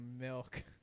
milk